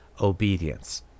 obedience